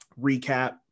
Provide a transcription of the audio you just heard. recap